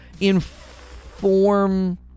inform